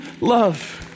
love